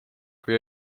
kui